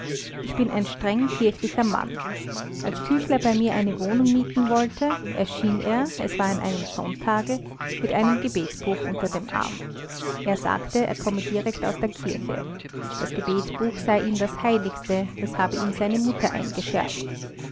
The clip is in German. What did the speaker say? ich bin ein streng kirchlicher mann als küchler bei mir eine wohnung mieten wollte erschien er es war an einem sonntage mit einem gebetbuch unter dem arm er sagte er komme direkt aus der kirche das gebetbuch sei ihm das heiligste das habe ihm seine mutter eingeschärft